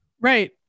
Right